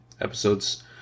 episodes